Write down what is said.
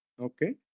Okay